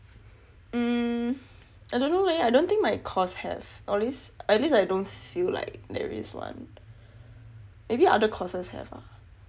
mm I don't know leh I don't think my course have or at least at least I don't feel like there is one maybe other courses have ah